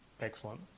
Excellent